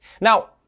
Now